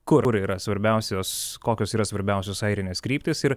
kur yra svarbiausios kokios yra svarbiausios airinės kryptys ir